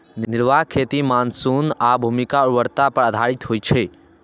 निर्वाह खेती मानसून आ भूमिक उर्वरता पर आधारित होइ छै